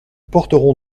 porteront